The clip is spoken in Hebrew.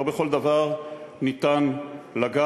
לא בכל דבר אפשר לגעת.